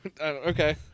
Okay